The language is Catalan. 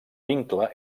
vincle